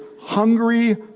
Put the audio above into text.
Hungry